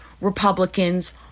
Republicans